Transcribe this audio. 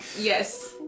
Yes